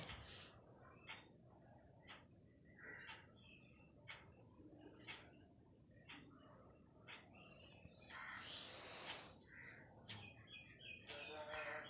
mini मछ्लीर रोगेर तना जिम्मेदार परजीवीर बारे बताले